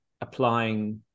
applying